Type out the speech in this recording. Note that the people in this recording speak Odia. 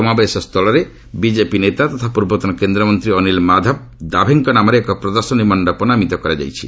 ସମାବେଶ ସ୍ଥଳରେ ବିଜେପି ନେତା ତଥା ପୂର୍ବତନ କେନ୍ଦ୍ରମନ୍ତ୍ରୀ ଅନିଲ୍ ମାଧବ ଦାଭେଙ୍କ ନାମରେ ଏକ ପ୍ରଦର୍ଶନୀ ମଣ୍ଡପ ନାମିତ କରାଯାଇଛି